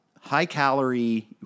high-calorie